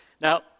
Now